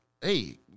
hey